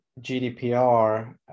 GDPR